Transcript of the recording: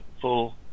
full